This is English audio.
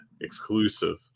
exclusive